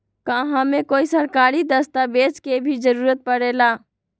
का हमे कोई सरकारी दस्तावेज के भी जरूरत परे ला?